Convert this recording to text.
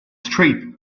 strip